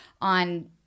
on